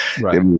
right